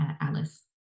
Alice